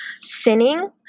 sinning